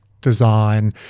design